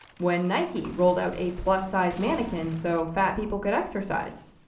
when nike rolled out a plus-size mannequin so fat people could exercise,